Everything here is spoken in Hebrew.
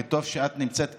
וטוב שאת נמצאת כאן,